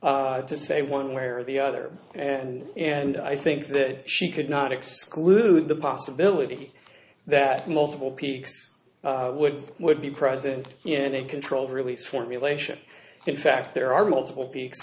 to say one way or the other and and i think that she could not exclude the possibility that multiple peaks with would be present in a controlled release formulation in fact there are multiple peak